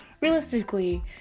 realistically